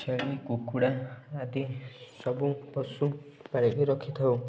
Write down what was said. ଛେଳି କୁକୁଡ଼ା ଆଦି ସବୁ ପଶୁ ପାଳିକି ରଖିଥାଉ